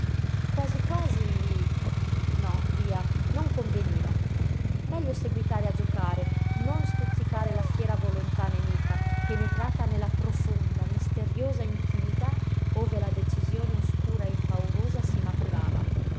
quasi quasi no via non conveniva meglio seguitare a giocare non stuzzicare la fiera volontà nemica penetrata nella profonda misteriosa intimità ove la decisione oscura e paurosa si maturava